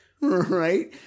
Right